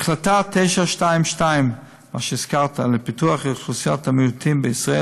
החלטה 922 לפיתוח אוכלוסיית המיעוטים בישראל,